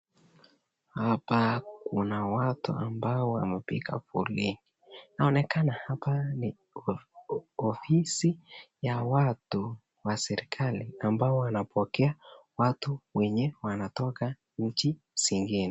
Hapa kuna watu ambao wamepiga foleni, inaonekana hapa ni ofisi ya watu wa serikali ambao wanapokea watu wenye wanatoka nchi zingine.